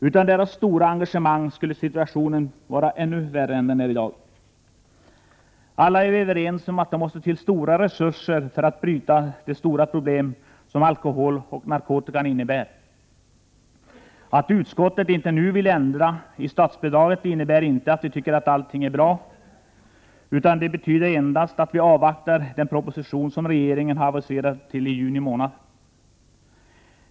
Utan deras stora engagemang skulle situationen vara ännu värre än den är i dag. Alla är vi överens om att det måste till stora resurser för att bryta det stora problem som alkohol och narkotika innebär. Att utskottet inte nu vill ändra statsbidraget innebär inte att vi tycker att allt är bra. Nej, det betyder enbart att vi avvaktar den proposition som regeringen aviserat till i juni.